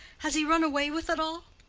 has he run away with it all?